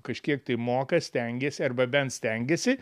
kažkiek tai moka stengiasi arba bent stengiasi